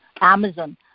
Amazon